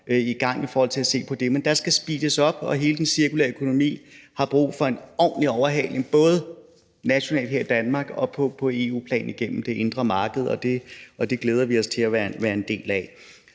i gang i forhold til at se på det, men der skal speedes op, og hele den cirkulære økonomi har brug for en ordentlig overhaling, både nationalt her i Danmark og på EU-plan igennem det indre marked, og det glæder vi os til at være en del af.